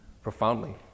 profoundly